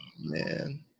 man